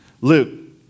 Luke